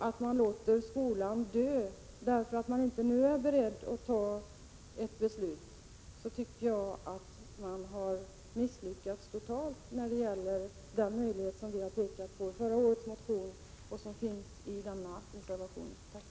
Om man låter skolan dö därför att man inte nu är beredd att fatta beslut, då tycker jag att man har misslyckats totalt när det gäller den möjlighet som vi pekar på i förra årets motion och som finns i denna reservation.